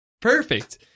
perfect